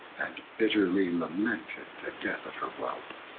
and bitterly lamented the death of her whelp.